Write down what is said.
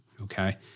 Okay